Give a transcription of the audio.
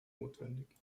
notwendig